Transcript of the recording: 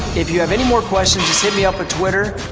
if you have any more questions, just hit me up at twitter,